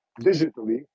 digitally